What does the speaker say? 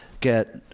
get